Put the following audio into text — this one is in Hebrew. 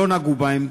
לא נגעו בהם.